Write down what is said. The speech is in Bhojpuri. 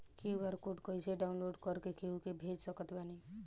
क्यू.आर कोड कइसे डाउनलोड कर के केहु के भेज सकत बानी?